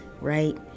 right